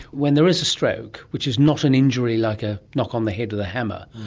when there is a stroke, which is not an injury like a knock on the head with a hammer,